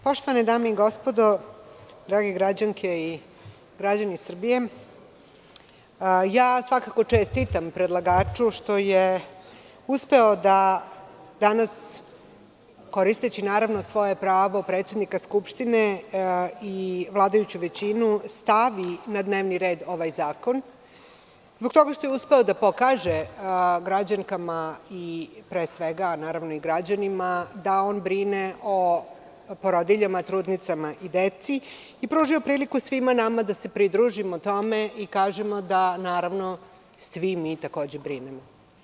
Poštovane dame i gospodo, drage građanke i građani Srbije, svakako čestitam predlagaču što je uspeo da danas, koristeći svoje pravo predsednika Skupštine i vladajuću većinu, stavi na dnevni red ovaj zakon, zbog toga što je uspeo da pokaže građankama i građanima da on brine o porodiljama, trudnicama i deci i pružio priliku svima nama da se pridružimo tome i kažemo da svi mi brinemo.